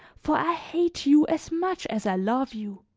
for i hate you as much as i love you.